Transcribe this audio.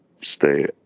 stay